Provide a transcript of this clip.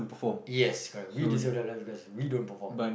yes correct we deserve that that's because we don't perform